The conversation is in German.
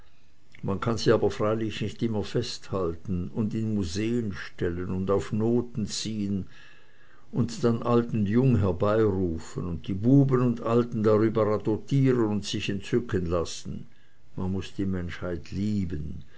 man kann sie aber freilich nicht immer festhalten und in museen stellen und auf noten ziehen und dann alt und jung herbeirufen und die buben und alten darüber radotieren und sich entzücken lassen man muß die menschheit lieben